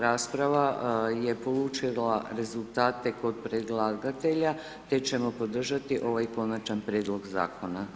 Rasprava je polučila rezultate kod predlagatelja, te ćemo podržati ovaj Konačan prijedlog Zakona.